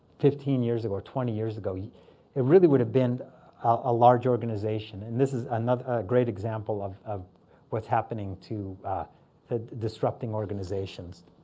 fifteen years or twenty years ago? yeah it really would have been a large organization. and this is another great example of of what's happening to disrupting organizations.